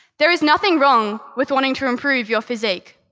there is nothing wrong with wanting to improve your physique,